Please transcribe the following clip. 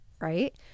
Right